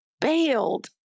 Bailed